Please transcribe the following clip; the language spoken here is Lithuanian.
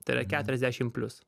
tai yra keturiasdešimt plius